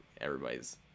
everybody's